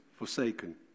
forsaken